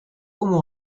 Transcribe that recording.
como